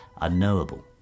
unknowable